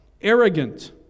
arrogant